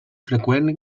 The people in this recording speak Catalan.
freqüent